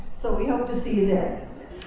so we hope to see you there.